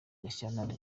gashyantare